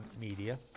Media